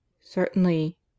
Certainly